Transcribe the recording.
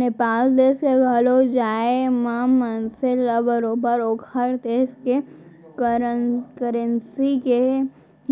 नेपाल देस के घलौ जाए म मनसे ल बरोबर ओकर देस के करेंसी के